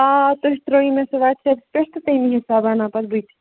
آ تُہۍ ترٛٲیِو مےٚ سُہ وَٹسَپَس پٮ۪ٹھ تہٕ تَمی حساب بناو پتہٕ بہٕ تہِ